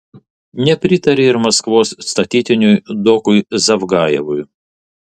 nepritarė ir maskvos statytiniui doku zavgajevui